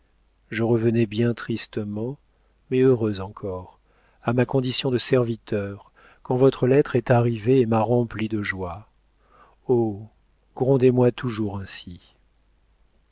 je revenais bien tristement mais heureux encore à ma condition de serviteur quand votre lettre est arrivée et m'a rempli de joie oh grondez moi toujours ainsi